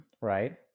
Right